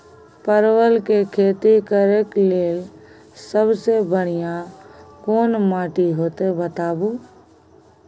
परवल के खेती करेक लैल सबसे बढ़िया कोन माटी होते बताबू?